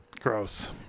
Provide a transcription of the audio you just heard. Gross